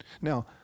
Now